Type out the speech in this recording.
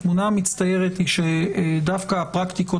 התמונה המצטיירת היא שדווקא הפרקטיקות